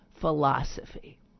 philosophy